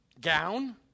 gown